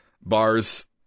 bars